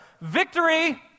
Victory